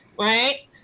right